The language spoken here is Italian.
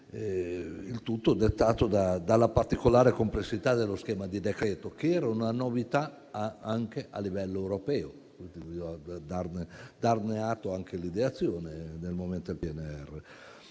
il tutto dettato dalla particolare complessità dello schema di decreto che era una novità anche a livello europeo (bisognava darne atto anche agli ideatori, nel momento del